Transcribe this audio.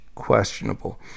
questionable